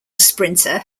sprinter